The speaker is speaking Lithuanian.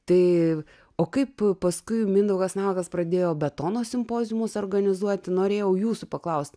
tai o kaip paskui mindaugas navakas pradėjo betono simpoziumus organizuoti norėjau jūsų paklaust